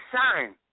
sign